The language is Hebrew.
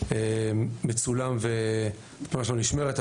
מצולם והתמונה שלו נשמרת.